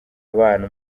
abana